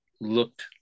looked